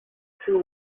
two